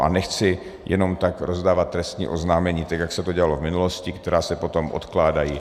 Ale nechci jenom tak rozdávat trestní oznámení, jako se to dělalo v minulosti, která se potom odkládají.